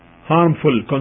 harmful